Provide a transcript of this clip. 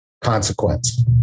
consequence